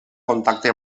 contacte